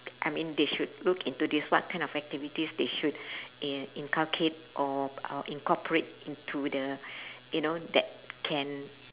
I mean they should look into this what kind of activities they should in~ inculcate or uh incorporate into the you know that can